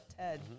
Ted